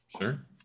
Sure